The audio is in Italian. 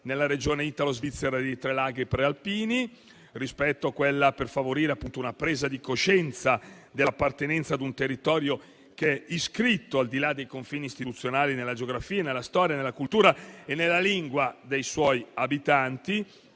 nella Regione italo-svizzera dei tre laghi prealpini, per favorire una presa di coscienza dell'appartenenza ad un territorio che è iscritto al di là dei confini istituzionali nella geografia, nella storia, nella cultura e nella lingua dei suoi abitanti.